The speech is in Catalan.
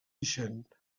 ixent